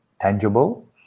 tangible